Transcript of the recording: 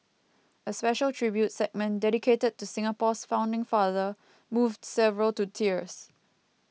a special tribute segment dedicated to Singapore's founding father moved several to tears